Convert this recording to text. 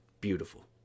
Beautiful